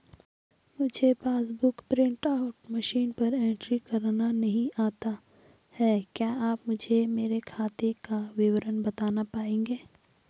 मुझे passbook book print out machine पर entry करना नहीं आता है क्या आप मुझे मेरे खाते का विवरण बताना पाएंगे?